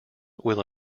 will